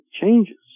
changes